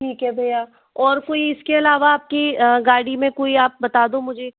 ठीक है भैया और कोई इसके अलावा आपकी गाड़ी में कोई आप बता दो मुझे